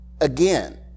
again